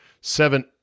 Seven